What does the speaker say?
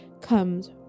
comes